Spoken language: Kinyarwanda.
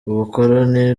ubukoroni